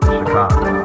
Chicago